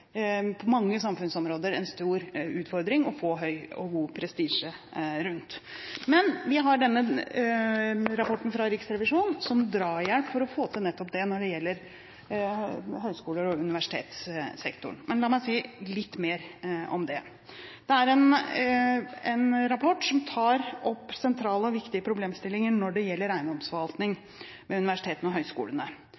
en stor utfordring å få høyere prestisje rundt. Vi har rapporten fra Riksrevisjonen som drahjelp for å få til nettopp det når det gjelder høyskole- og universitetssektoren. La meg si litt mer om det. Det er en rapport som tar opp sentrale og viktige problemstillinger når det gjelder